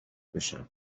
بشم